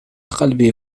قلبي